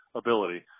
ability